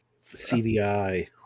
CDI